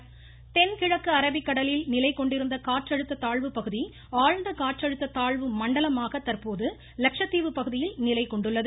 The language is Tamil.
மழை தென்கிழக்கு அரபிக்கடலில் நிலைகொண்டிருந்த காற்றழுத்த தாழ்வு பகுதி ஆழ்ந்த காற்றழுத்த தாழ்வு மண்டலமாக தற்போது லட்சத்தீவு பகுதியில் நிலைகொண்டுள்ளது